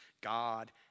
God